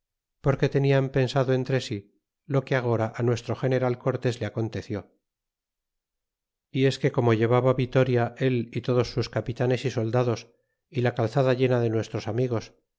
porque tallan pensado entre sí lo que agora nuestro general cortés le aconteció y es que como llevaba viteria l y todos sus capitanes y soldados y la calzada llena de nuestros amigos